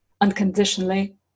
unconditionally